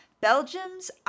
Belgium's